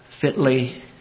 fitly